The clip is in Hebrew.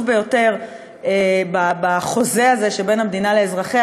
ביותר בחוזה הזה שבין המדינה לאזרחיה,